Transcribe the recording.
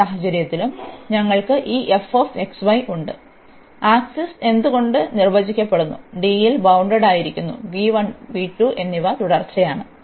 ഈ സാഹചര്യത്തിലും ഞങ്ങൾക്ക് ഈ ഉണ്ട് ആക്സസ് എന്തുകൊണ്ട് നിർവചിക്കപ്പെടുന്നു D യിൽ ബൌണ്ടഡായിരിക്കുന്നു എന്നിവ തുടർച്ചയാണ്